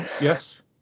Yes